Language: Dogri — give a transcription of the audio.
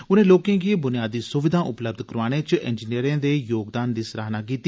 उनें लोकें गी बुनियादी सुविधां उपलब्ध कराने च इंजीनिरें दे योगदान दी सराहना कीती